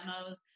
demos